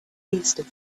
east